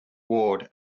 ward